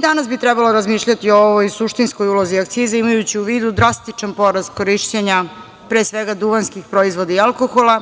danas bi trebalo razmišljati o ovoj suštinskoj ulozi akcize, imajući u vidu drastičan porast korišćenja pre svega duvanskih proizvoda i alkohola